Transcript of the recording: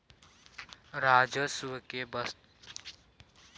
राजस्व केँ बस्तु करक माध्यमसँ जनता सँ ओसलल जाइ छै